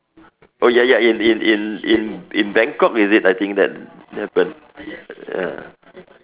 oh ya ya in in in in Bangkok is it I think that happened ah